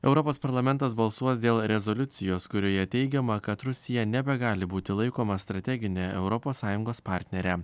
europos parlamentas balsuos dėl rezoliucijos kurioje teigiama kad rusija nebegali būti laikoma strategine europos sąjungos partnere